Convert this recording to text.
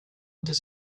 does